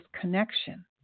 connection